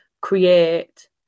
create